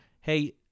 hey